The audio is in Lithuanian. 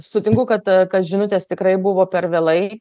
sutinku kad kad žinutės tikrai buvo per vėlai